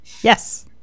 Yes